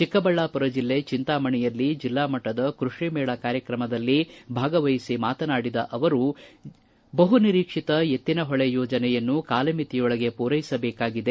ಚಿಕ್ಕಬಳ್ಳಾಪುರ ಜಿಲ್ಲೆ ಚಿಂತಾಮಣಿಯಲ್ಲಿ ಜಿಲ್ಲಾ ಮಟ್ಟದ ಕೃಷಿ ಮೇಳ ಕಾರ್ಯಕ್ರಮದಲ್ಲಿ ಭಾಗವಹಿಸಿ ಮಾತನಾಡಿದ ಅವರು ಬಹು ನಿರೀಕ್ಷಿತ ಎತ್ತಿನಹೊಳೆ ಯೋಜನೆಯನ್ನು ಕಾಲಮಿತಿಯೊಳಗೆ ಪೂರೈಸಬೇಕಾಗಿದೆ